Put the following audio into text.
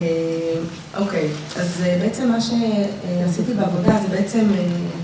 אוקיי, אז בעצם מה שעשיתי בעבודה זה בעצם...